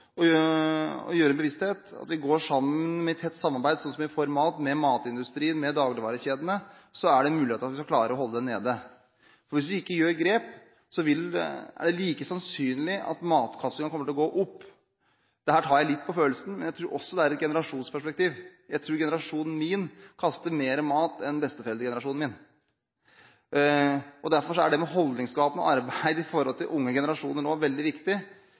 å skape bevissthet, at vi går sammen i tett samarbeid, sånn at vi får med matindustrien, med dagligvarekjedene, er det mulig at vi skal klare å holde matkastingen nede. Hvis vi ikke gjør grep, er det like sannsynlig at matkastingen kommer til å gå opp. Dette tar jeg litt på følelsen, men jeg tror også det er generasjonsperspektiv. Jeg tror min generasjon kaster mer mat enn min besteforeldregenerasjon. Derfor er det med holdningsskapende arbeid i forbindelse med unge generasjoner nå veldig viktig.